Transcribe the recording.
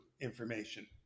information